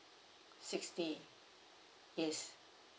sixty yes